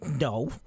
No